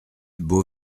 beau